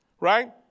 Right